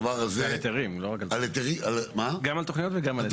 גם על תוכניות וגם על היתרים.